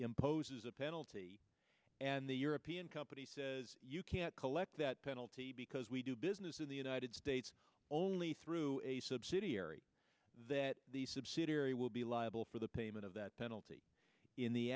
imposes a penalty and the european companies can't collect that penalty because we do business in the united states only through a subsidiary that subsidiary will be liable for the payment of that penalty in the